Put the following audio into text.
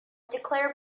declared